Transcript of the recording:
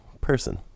person